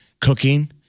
cooking